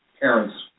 parents